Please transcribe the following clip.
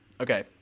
Okay